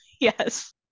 Yes